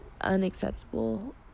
unacceptable